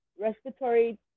Respiratory